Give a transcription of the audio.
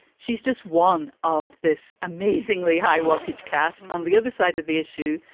she's just one of this amazingly high wattage cast. on the other side of the issue,